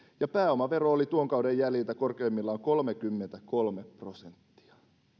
ja pääomavero oli tuon kauden jäljiltä korkeimmillaan kolmekymmentäkolme prosenttia